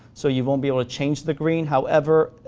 so you won't be able to change the green, however,